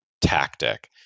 tactic